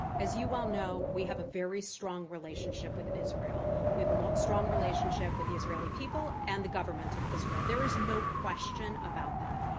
as you well know, we have a very strong relationship with israel. we have a strong relationship with the israeli people and the government of israel. there is no question about that.